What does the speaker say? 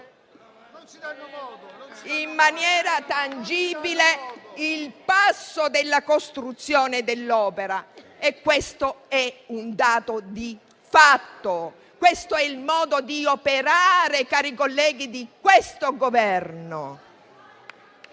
in maniera tangibile il passo della costruzione dell'opera. Questo è un dato di fatto. È il modo di operare di questo Governo,